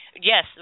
yes